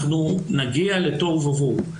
אנחנו נגיע לתוהו ובוהו.